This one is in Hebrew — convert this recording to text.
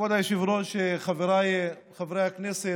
כבוד היושב-ראש, חבריי חברי הכנסת,